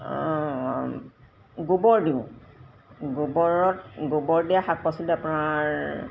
গোবৰ দিওঁ গোবৰত গোবৰ দিয়া শাক পাচলি আপোনাৰ